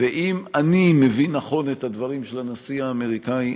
ואם אני מבין נכון את הדברים של הנשיא האמריקני,